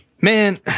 man